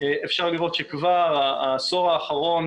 אפשר לראות שהעשור האחרון,